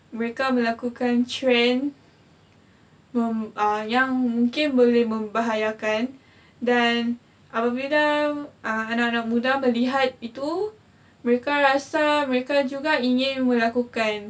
mereka melakukan trend mem~ uh yang mungkin boleh membahayakan dan apabila anak-anak muda melihat itu mereka rasa mereka juga ingin melakukan